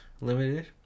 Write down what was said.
limited